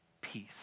peace